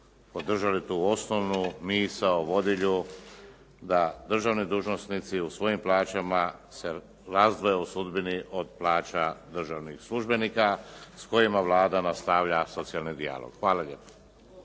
podržali tu osnovnu misao vodilju, da državni dužnosnici u svojim plaćam se razdvoje od plaća državnih službenika s kojima Vlada nastavlja socijalni dijalog. Hvala.